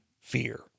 fear